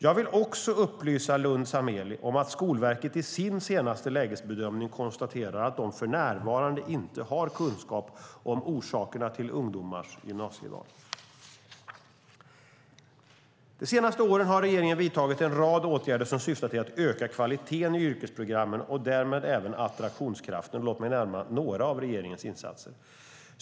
Jag vill också upplysa Lundh Sammeli om att Skolverket i sin senaste lägesbedömning konstaterar att man för närvarande inte har kunskap om orsakerna till ungdomars gymnasieval. De senaste åren har regeringen vidtagit en rad åtgärder som syftar till att öka kvaliteten i yrkesprogrammen och därmed även attraktionskraften. Låt mig nämna några av regeringens insatser.